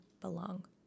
belong